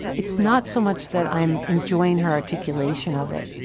it's not so much that i'm enjoying her articulation of it,